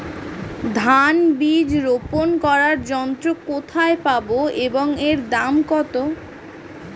ধান বীজ রোপন করার যন্ত্র কোথায় পাব এবং এর দাম কত?